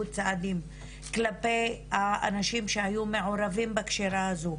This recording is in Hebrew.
צעדים כלפי האנשים שהיו מעורבים בקשירה הזו?